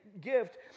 gift